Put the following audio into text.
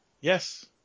Yes